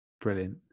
Brilliant